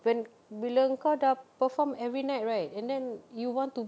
when bila engkau sudah perform every night right and then you want to